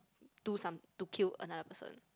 do some to kill another person